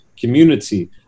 community